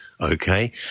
Okay